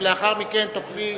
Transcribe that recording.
ולאחר מכן תוכלי,